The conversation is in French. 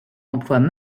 emploient